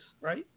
right